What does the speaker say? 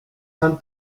hunt